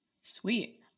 Sweet